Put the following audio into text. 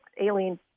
alien